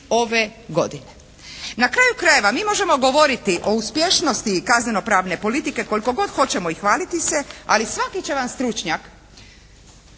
ove godine. Na kraju krajeva mi možemo govoriti o uspješnosti kaznenopravne politike koliko god hoćemo i hvaliti se, ali svaki će vam stručnjak